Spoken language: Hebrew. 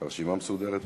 הרשימה מסודרת מאוד.